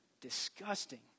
Disgusting